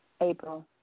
April